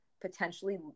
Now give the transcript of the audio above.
potentially